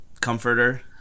comforter